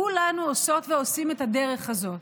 כולנו עושות ועושים את הדרך הזאת.